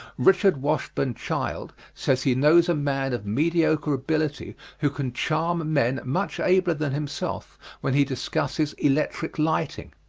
richard washburn child says he knows a man of mediocre ability who can charm men much abler than himself when he discusses electric lighting.